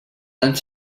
anys